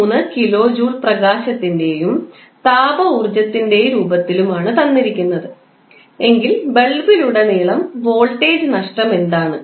3 kilo joule പ്രകാശത്തിന്റെയും താപ ഊർജ്ജത്തിൻറെ രൂപത്തിലും ആണ് തന്നിരിക്കുന്നത് എങ്കിൽ ബൾബിലുടനീളം വോൾട്ടേജ് നഷ്ടം എന്താണ്